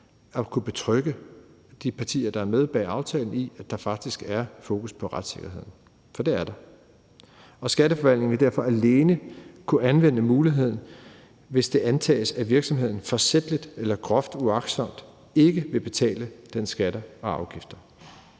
at kunne betrygge de partier, der er med bag aftalen, i, at der faktisk er fokus på retssikkerheden. For det er der, og Skatteforvaltningen vil derfor alene kunne anvende muligheden, hvis det antages, at virksomheden forsætligt eller groft uagtsomt ikke vil betale sine skatter og afgifter.